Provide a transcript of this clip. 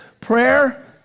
prayer